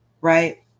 right